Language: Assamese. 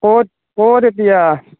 ক'ত ক'ত এতিয়া